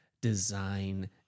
design